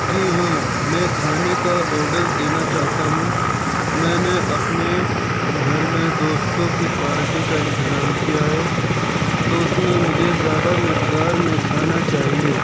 جی ہاں میں کھانے کا آڈر دینا چاہتا ہوں میں نے اپنے گھر میں دوستوں کی پارٹی کا انتظام کیا ہے تو اس میں مجھے زیادہ مقدار میں کھانا چاہیے